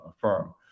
firm